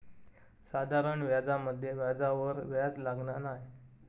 साधारण व्याजामध्ये व्याजावर व्याज लागना नाय